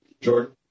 Jordan